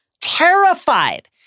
terrified